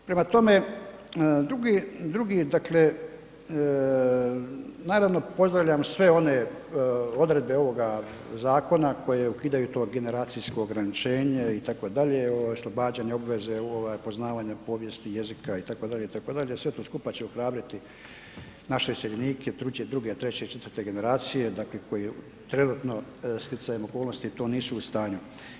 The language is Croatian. Prema tome, drugi dakle, naravno pozdravljam sve one odredbe ovoga zakona koje ukidaju to generacijsko ograničenje itd., oslobađanje obveze ovaj poznavanja povijesti, jezika itd., itd., sve to skupa će ohrabriti naše iseljenike, tu će 2, 3, 4 generacije dakle koje trenutno sticajem okolnosti to nisu u stanju.